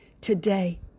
today